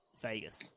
Vegas